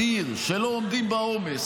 ושלא עומדים בעומס.